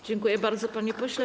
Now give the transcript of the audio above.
Dziękuję bardzo, panie pośle.